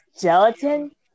gelatin